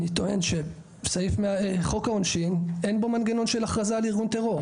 אני טוען שחוק העונשין אין בו מנגנון של הכרזה על ארגון טרור.